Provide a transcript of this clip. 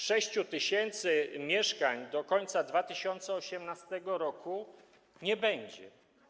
6 tys. mieszkań do końca 2018 r. nie będzie.